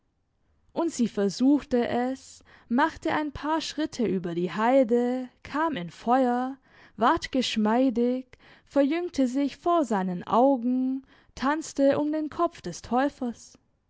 und sie versuchte es machte ein paar schritte über die heide kam in feuer ward geschmeidig verjüngte sich vor seinen augen tanzte um den kopf des täufers